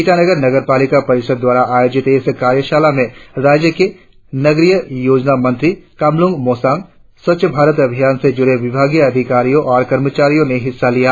ईटानगर नगरपालिका परिषद द्वारा आयोजित इस कार्यशाला में राज्य के नगरीय योजना मंत्री कामलुंग मोसांग स्वच्छ भारत अभियान से जुड़े विभागीय अधिकारियों और कर्मचारियों ने हिस्सा लिया